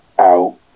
out